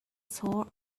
sore